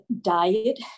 diet